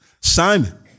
Simon